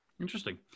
Interesting